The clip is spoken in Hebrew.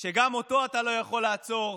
שגם אותו אתה לא יכול לעצור,